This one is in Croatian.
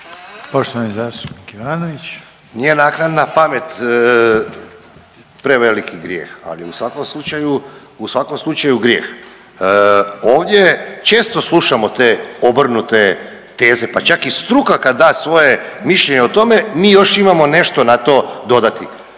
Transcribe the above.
Goran (HDZ)** Nije naknadna pamet preveliki grijeh, ali u svakom slučaju grijeh. Ovdje često slušamo te obrnute teze, pa čak i struka kad da svoje mišljenje o tome mi još imamo nešto na to dodati.